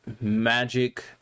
magic